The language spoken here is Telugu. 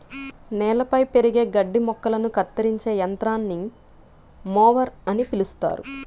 నేలపై పెరిగే గడ్డి మొక్కలను కత్తిరించే యంత్రాన్ని మొవర్ అని పిలుస్తారు